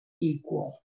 equal